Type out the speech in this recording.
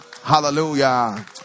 Hallelujah